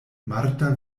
marta